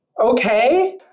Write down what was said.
okay